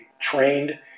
trained